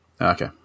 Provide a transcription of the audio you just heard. Okay